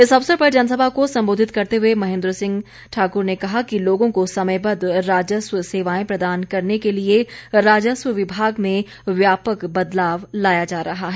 इस अवसर पर जनसभा को संबोधित करते हुए महेन्द्र सिंह ठाकुर ने कहा कि लोगों को समयबद्ध राजस्व सेवाएं प्रदान करने के लिए राजस्व विभाग में व्यापक बदलाव लाया जा रहा है